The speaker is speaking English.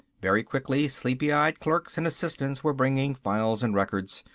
very quickly sleepy-eyed clerks and assistants were bringing files and records.